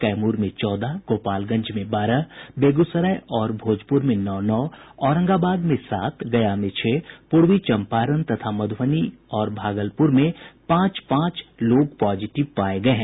कैमूर में चौदह गोपालगंज में बारह बेगूसराय और भोजपुर में नौ नौ औरंगाबाद में सात गया में छह पूर्वी चंपारण तथा मध्ुबनी और भागलपुर में पांच पांच लोग पॉजिटिव पाये गये हैं